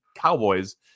Cowboys